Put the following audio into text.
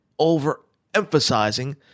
overemphasizing